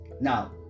Now